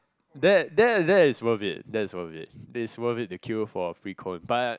that that that is worth it that is worth it that is worth it to queue for free cone but